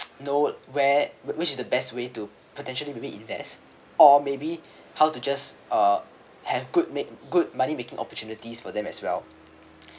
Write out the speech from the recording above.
know where would which the best way to potentially maybe invest or maybe how to just uh have good make good money-making opportunities for them as well